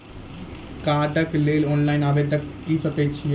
कार्डक लेल ऑनलाइन आवेदन के सकै छियै की?